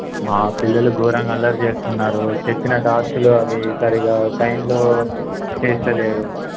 మా పిల్లలు ఘోరంగా అల్లరి చేస్తున్నారు చెప్పిన టాస్కులు అవి సరిగా టైంలో చేయటం లేదు